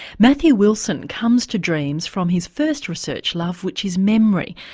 matthew wilson comes to dreams from his first research love which is memory.